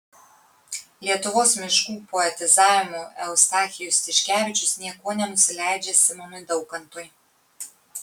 lietuvos miškų poetizavimu eustachijus tiškevičius niekuo nenusileidžia simonui daukantui